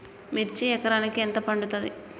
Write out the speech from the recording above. మిర్చి ఎకరానికి ఎంత పండుతది?